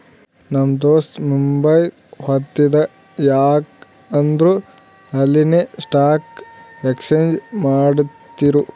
ನಮ್ ದೋಸ್ತ ಮುಂಬೈಗ್ ಹೊತ್ತಿದ ಯಾಕ್ ಅಂದುರ್ ಅಲ್ಲಿನೆ ಸ್ಟಾಕ್ ಎಕ್ಸ್ಚೇಂಜ್ ಮಾಡ್ತಿರು